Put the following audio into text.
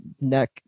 neck